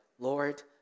Lord